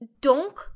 Donc